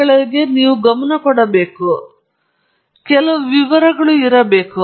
ಅನೇಕ ಮೊದಲ ಬಾರಿಗೆ ನಿರೂಪಕರು ಪ್ರಸ್ತುತಪಡಿಸುವ ಅನೇಕ ವಿದ್ಯಾರ್ಥಿಗಳು ಪ್ರಸ್ತುತಿಗಳನ್ನು ಮಾಡಿ ಪ್ರಮುಖವಾದ ವಿವರಗಳನ್ನು ಕಡೆಗಣಿಸಬೇಕಾಗುತ್ತದೆ